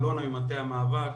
עם אלונה ממטה המאבק,